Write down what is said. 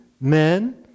men